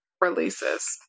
releases